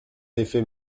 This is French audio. effet